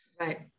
right